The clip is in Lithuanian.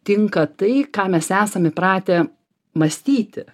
tinka tai ką mes esam įpratę mąstyti